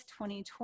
2020